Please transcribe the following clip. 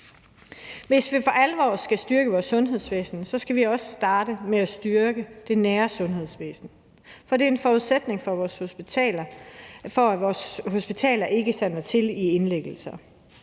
Hvis vi for alvor skal styrke vores sundhedsvæsen, skal vi også starte med at styrke det nære sundhedsvæsen, for det er en forudsætning for, at vores hospitaler ikke sander til i indlæggelser.